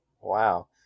wow